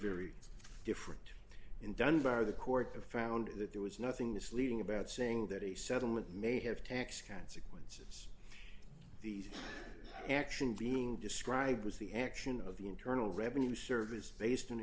very different in dunbar the court found that there was nothing misleading about saying that a settlement may have tax consequences the action being described was the action of the internal revenue service based on